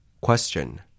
Question